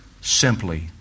simply